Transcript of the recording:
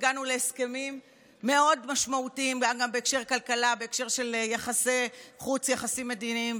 קח אחריות על היחסים הבין-לאומיים שמתפוררים,